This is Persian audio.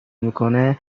میکنه